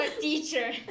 teacher